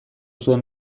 zuen